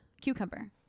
Cucumber